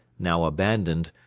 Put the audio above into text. now abandoned,